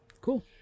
Cool